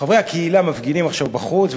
חברי הקהילה מפגינים עכשיו בחוץ,